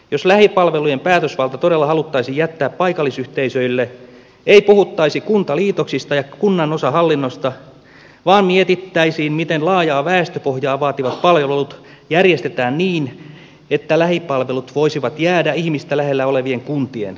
jos lähipalvelujen päätösvalta todella haluttaisiin jättää paikallisyhteisöille ei puhuttaisi kuntaliitoksista ja kunnanosahallinnosta vaan mietittäisiin miten laajaa väestöpohjaa vaativat palvelut järjestetään niin että lähipalvelut voisivat jäädä ihmistä lähellä olevien kuntien hoitoon